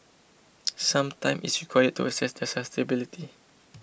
some time is required to assess their suitability